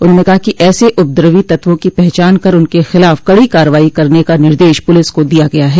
उन्होंने कहा कि ऐसे उपद्रवी तत्वों की पहचान कर उनके खिलाफ़ कड़ी कार्रवाई करने का निर्देश पुलिस को दिया गया है